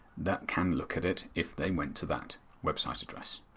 that can look at it if they went to that website address.